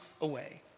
away